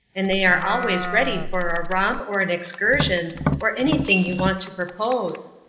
and they are always ready for a romp or an excursion or anything you want to propose.